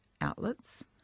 outlets